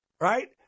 right